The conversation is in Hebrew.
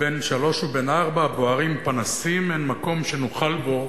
"בין שלוש ובין ארבע בוערים פנסים / אין מקום שנוכל בו